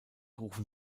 rufen